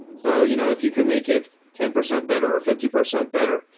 so you know if you can make it ten percent better or fifty percent better.